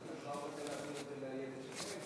אתה כבר רוצה להעביר את זה לאיילת שקד?